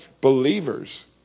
believers